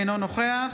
אינו נוכח